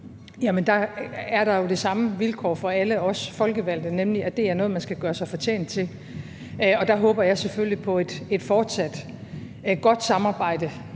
Der er der jo de samme vilkår for alle os folkevalgte, nemlig at det er noget, man skal gøre sig fortjent til. Der håber jeg selvfølgelig på et fortsat godt samarbejde